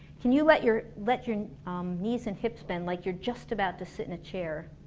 can you let your let your knees and hips bent like you're just about to sit in a chair